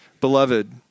Beloved